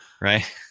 Right